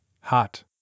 hot